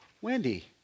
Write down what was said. Wendy